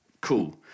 Cool